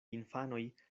infanoj